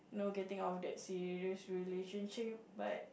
you know getting out of that serious relationship but